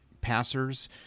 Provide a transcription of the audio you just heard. passers